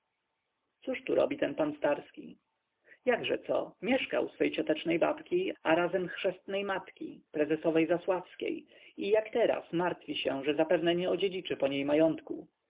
cóż tu robi ten pan starski jakże co mieszka u swojej ciotecznej babki a razem chrzestnej matki prezesowej zasławskiej i jak teraz martwi się że zapewne nie odziedziczy po niej majątku